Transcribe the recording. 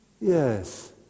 yes